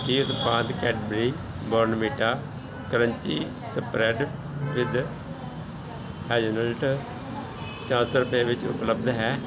ਕੀ ਉਤਪਾਦ Cadbury Bournvita crunchy spread with hazelnut ਚਾਰ ਸੌ ਰੁਪਏ ਵਿੱਚ ਉਪਲੱਬਧ ਹੈ